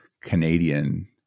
Canadian